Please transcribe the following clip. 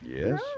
Yes